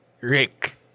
Rick